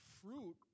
fruit